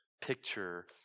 picture